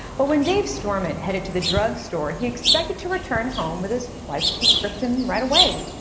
but when dave stormont headed to the drugstore, he expected to return home with his wife's prescription right away,